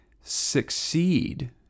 succeed